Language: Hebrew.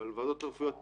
אבל ועדות רפואיות ככלל,